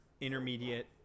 intermediate